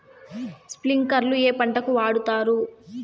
స్ప్రింక్లర్లు ఏ పంటలకు వాడుతారు?